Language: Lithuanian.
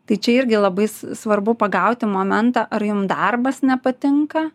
tai čia irgi labai svarbu pagauti momentą ar jum darbas nepatinka